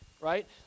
right